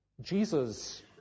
Jesus